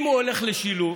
אם הוא הולך לשילוב